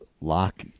lock